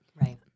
right